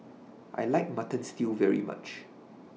I like Mutton Stew very much